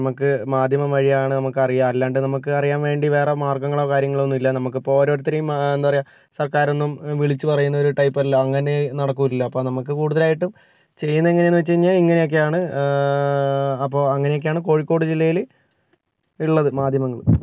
നമുക്ക് മാധ്യമം വഴിയാണ് നമുക്കറിയുക അല്ലാണ്ട് നമുക്ക് അറിയാൻ വേണ്ടി വേറെ മാർഗ്ഗങ്ങളോ കാര്യങ്ങളോ ഒന്നും ഇല്ല നമുക്കിപ്പോൾ ഓരോരുത്തരേയും എന്താ പറയുക സർക്കാരൊന്നും വിളിച്ചു പറയുന്നൊരു ടൈപ്പല്ല അങ്ങനെ നടക്കൂല്ലലോ അപ്പം നമുക്ക് കൂടുതലായിട്ടും ചെയ്യുന്നതെങ്ങനെ വെച്ച് കഴിഞ്ഞാൽ ഇങ്ങനെയൊക്കെയാണ് അപ്പോൾ അങ്ങനെയൊക്കെയാണ് കോഴിക്കോട് ജില്ലയില് ഉള്ളത് മാധ്യമങ്ങള്